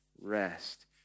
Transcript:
rest